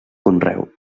conreu